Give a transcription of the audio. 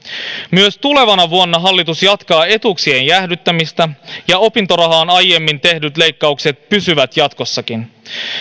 myös tulevana vuonna hallitus jatkaa etuuksien jäädyttämistä ja opintorahaan aiemmin tehdyt leikkaukset pysyvät jatkossakin